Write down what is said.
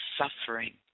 suffering